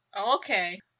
Okay